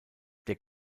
der